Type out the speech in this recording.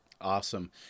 Awesome